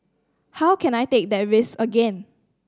how can I take that risk again